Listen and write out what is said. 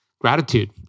gratitude